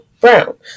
brown